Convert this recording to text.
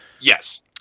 Yes